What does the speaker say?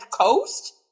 coast